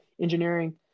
engineering